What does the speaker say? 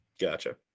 Gotcha